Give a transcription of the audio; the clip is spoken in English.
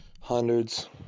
hundreds